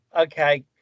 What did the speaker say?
Okay